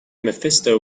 mephisto